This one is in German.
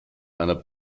einer